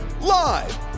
Live